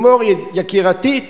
לימור יקירתי,